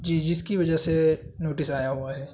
جی جس کی وجہ سے نوٹس آیا ہوا ہے